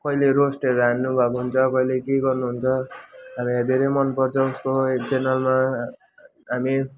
कहिले रोस्टहरू हाल्नुभएको हुन्छ कहिले के गर्नुहुन्छ अब धेरै मन पर्छ उसको च्यानलमा हामी